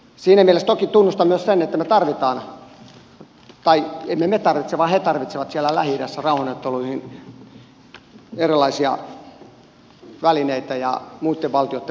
siinä mielessä toki tunnustan myös sen että me tarvitsemme tai emme me tarvitse vaan he tarvitsevat siellä lähi idässä rauhanneuvotteluihin erilaisia välineitä ja muitten valtioitten mukaantuloa